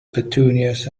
petunias